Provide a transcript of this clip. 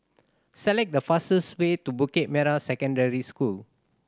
select the fastest way to Bukit Merah Secondary School